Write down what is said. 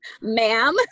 Ma'am